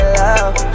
love